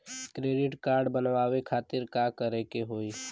Credit card बनवावे खातिर का करे के होई?